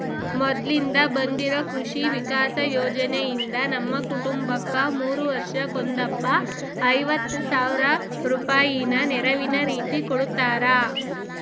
ಮೊದ್ಲಿಂದ ಬಂದಿರೊ ಕೃಷಿ ವಿಕಾಸ ಯೋಜನೆಯಿಂದ ನಮ್ಮ ಕುಟುಂಬಕ್ಕ ಮೂರು ವರ್ಷಕ್ಕೊಂದಪ್ಪ ಐವತ್ ಸಾವ್ರ ರೂಪಾಯಿನ ನೆರವಿನ ರೀತಿಕೊಡುತ್ತಾರ